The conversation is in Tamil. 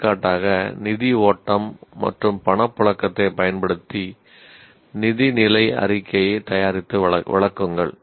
எடுத்துக்காட்டாக நிதி ஓட்டம் மற்றும் பணப்புழக்கத்தைப் பயன்படுத்தி நிதிநிலை அறிக்கையைத் தயாரித்து விளக்குங்கள்